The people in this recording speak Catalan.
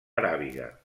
aràbiga